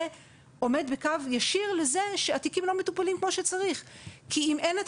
זה עומד בקו ישיר לזה שהתיקים לא מטופלים כמו שצריך כי אם אין את